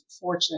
fortunate